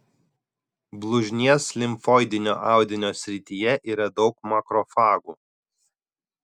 blužnies limfoidinio audinio srityje yra daug makrofagų